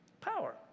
Power